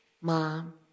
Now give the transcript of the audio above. Mom